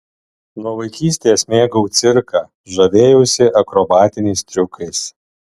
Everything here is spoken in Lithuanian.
nuo vaikystės mėgau cirką žavėjausi akrobatiniais triukais